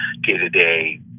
day-to-day